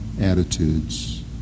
attitudes